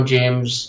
James